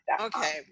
Okay